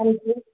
ਹਾਂਜੀ